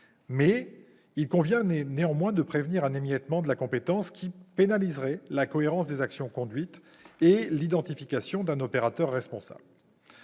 Il convient néanmoins de prévenir un émiettement de la compétence, qui nuirait à la cohérence des actions conduites et à l'identification d'un opérateur responsable.